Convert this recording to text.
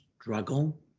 struggle